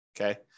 okay